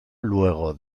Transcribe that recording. luego